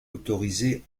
autorisé